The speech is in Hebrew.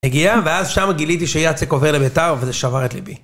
הגיע, ואז שם גיליתי שיאצק עובר לבית"ר, וזה שבר את ליבי.